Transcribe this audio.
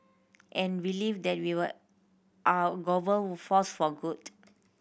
and believe that we were are a global force for good